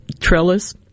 trellis